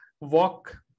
walk